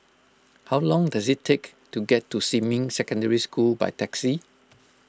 how long does it take to get to Xinmin Secondary School by taxi